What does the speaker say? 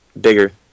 bigger